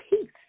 peace